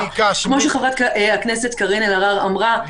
כמו שחברת הכנסת קארין אלהרר אמרה,